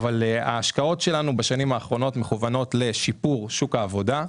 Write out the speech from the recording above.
ההשקעות שלנו בשנים האחרונות מכוונות לשיפור שוק העבודה,